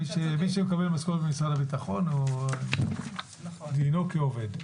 מי שמקבל משכורת ממשרד הביטחון דינו כעובד.